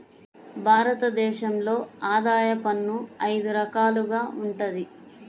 భారత దేశంలో ఆదాయ పన్ను అయిదు రకాలుగా వుంటది